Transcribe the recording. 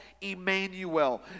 Emmanuel